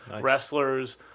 wrestlers